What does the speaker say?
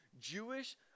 Jewish